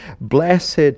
blessed